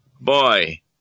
Boy